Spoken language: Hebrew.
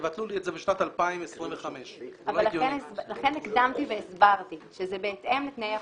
תבטלו לי את זה בשנת 2025. זה לא הגיוני.